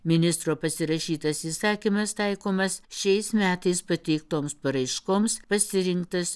ministro pasirašytas įsakymas taikomas šiais metais pateiktoms paraiškoms pasirinktas